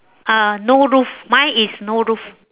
uh no roof mine is no roof